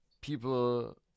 people